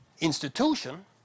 institution